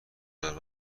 دار